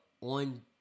on